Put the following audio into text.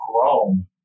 grown